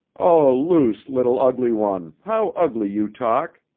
oh, luce, little ugly one, how ugly you talk,